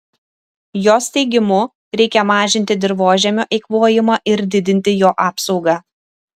jos teigimu reikia mažinti dirvožemio eikvojimą ir didinti jo apsaugą